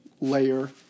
layer